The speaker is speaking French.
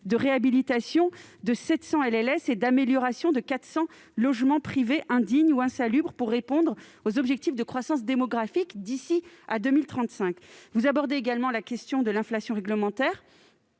du même type, ainsi que d'amélioration de 400 logements privés indignes ou insalubres, afin de répondre aux objectifs de croissance démographique d'ici à 2035. Vous abordez également la question de l'inflation réglementaire.